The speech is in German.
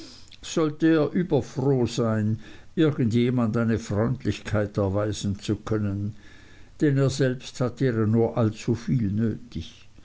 sollte er überfroh sein irgend jemand eine freundlichkeit erweisen zu können denn er selbst hat deren nur allzuviel nötig